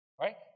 Right